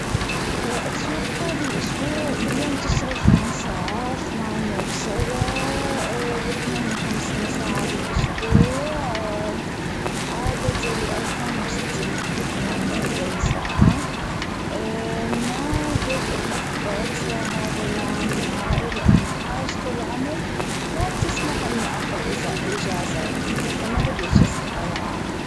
أتوقع بالأسبوع باليوم بشتغل ثمان ساعات ثمانية فى سبعه بأثنين وخمسين ساعة بالأسبوع عدد ثماني في ستة المفروظ ثماني و أربعون ساعة ما جد أخذت عطلة هذا العام نهائي لأن حاجة العمل ما بتسمح أني أخذ إزا- إجازة فما جد أجزت هذا العام.